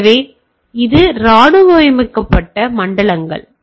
எனவே நெட்வொர்க் வடிவமைப்பு இந்த பாலிசியை பிரதிபலிக்க வேண்டும்